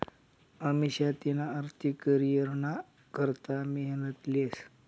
अमिषा तिना आर्थिक करीयरना करता मेहनत लेस